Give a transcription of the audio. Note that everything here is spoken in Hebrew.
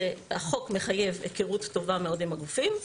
החוק מחייב היכרות טובה מאוד עם הגופים.